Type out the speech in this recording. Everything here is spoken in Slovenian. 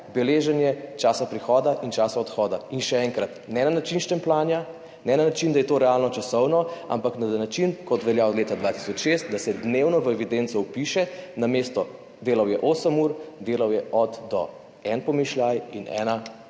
beleženje časa prihoda in časa odhoda. In še enkrat, ne na način štempljanja, ne na način, da je to realno časovno, ampak na način, kot velja od leta 2006, da se dnevno v evidenco vpiše namesto delal je osem ur, delal je od – do, en pomišljaj in ena